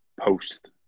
post